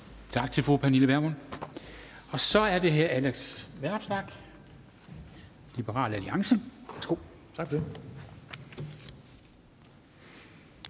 Tak til fru Pernille Vermund. Så er det hr. Alex Vanopslagh, Liberal Alliance. Værsgo. Kl.